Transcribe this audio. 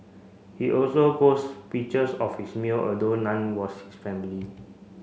he also post pictures of his meal although none was his family